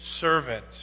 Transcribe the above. servant